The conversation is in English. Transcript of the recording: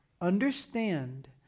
understand